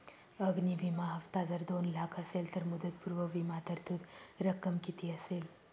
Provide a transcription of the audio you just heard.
अग्नि विमा हफ्ता जर दोन लाख असेल तर मुदतपूर्व विमा तरतूद रक्कम किती असेल?